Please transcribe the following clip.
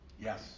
Yes